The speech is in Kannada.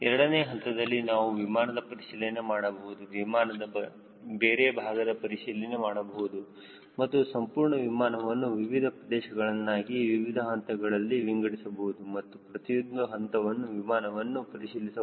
ಎರಡನೇ ಹಂತದಲ್ಲಿ ನಾವು ವಿಮಾನದ ಪರಿಶೀಲನೆ ಮಾಡಬಹುದು ವಿಮಾನದ ಬೇರೆ ಭಾಗದ ಪರಿಶೀಲನೆ ಮಾಡಬಹುದು ಮತ್ತು ಸಂಪೂರ್ಣ ವಿಮಾನವನ್ನು ವಿವಿಧ ಪ್ರದೇಶಗಳನ್ನಾಗಿ ವಿವಿಧ ಹಂತಗಳಲ್ಲಿ ವಿಂಗಡಿಸಬಹುದು ಮತ್ತು ಪ್ರತಿಯೊಂದು ಹಂತದಲ್ಲಿ ವಿಮಾನವನ್ನು ಪರಿಶೀಲಿಸಬಹುದು